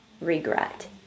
regret